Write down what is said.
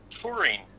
touring